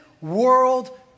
world